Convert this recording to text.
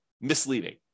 misleading